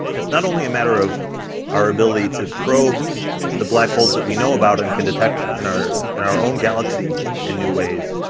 it's not only a matter of our ability to probe the black holes that we know about and can detect in our, in our own galaxy in new ways,